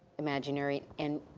imaginary and